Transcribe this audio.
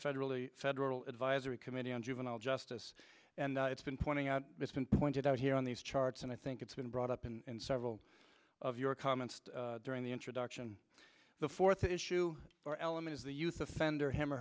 federally federal advisory committee on juvenile justice and it's been pointing out it's been pointed out here on these charts and i think it's been brought up in several of your comments during the introduction the fourth issue or element is the youth offender him or